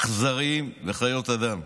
אכזרים וחיות אדם.